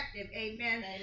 amen